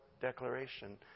declaration